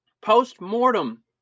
post-mortem